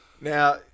Now